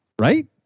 right